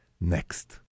Next